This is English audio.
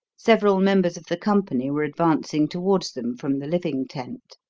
several members of the company were advancing towards them from the living-tent.